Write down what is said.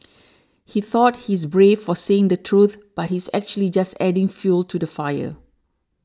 he thought he's brave for saying the truth but he's actually just adding fuel to the fire